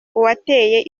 uwateye